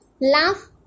Laugh